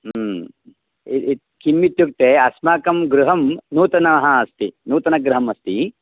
किम् इत्युक्ते अस्माकं गृहः नूतनः अस्ति नूतनगृहः अस्ति